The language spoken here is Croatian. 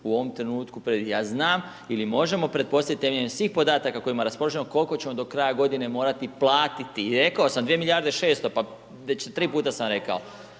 u ovom trenutku, ja znam, ili možemo pretpostaviti temeljem svih podataka kojima raspolažemo, kol'ko ćemo do kraja godine morati platiti. I rekao sam, 2 milijarde 600, pa već 3 puta sam rekao.